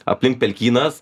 aplink pelkynas